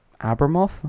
Abramov